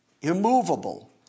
immovable